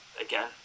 again